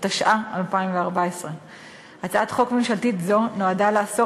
התשע"ה 2014. הצעת חוק ממשלתית זו נועדה לאסור